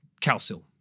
calcium